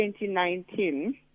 2019